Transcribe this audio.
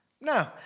No